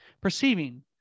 Perceiving